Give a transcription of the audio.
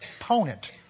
opponent